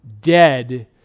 dead